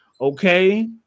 okay